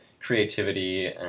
creativity